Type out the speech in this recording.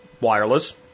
wireless